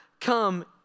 come